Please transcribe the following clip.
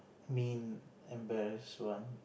main embarrassment